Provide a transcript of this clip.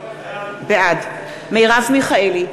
בעד מרב מיכאלי,